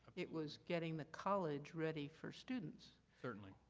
it was getting the college ready for students. certainly.